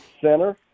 Center